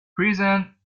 prison